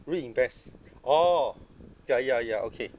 reinvest orh ya ya ya okay